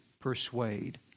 persuade